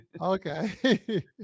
okay